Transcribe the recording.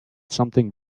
something